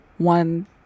One